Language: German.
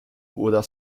oder